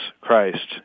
Christ